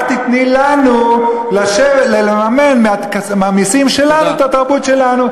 רק תיתני לנו לממן מהמסים שלנו את התרבות שלנו.